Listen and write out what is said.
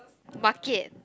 market